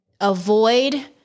avoid